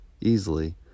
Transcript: easily